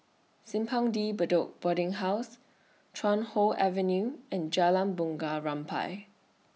Simpang De Bedok Boarding House Chuan Hoe Avenue and Jalan Bunga Rampai